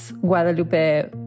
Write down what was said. Guadalupe